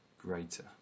greater